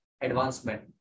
advancement